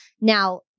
Now